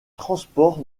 transport